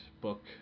book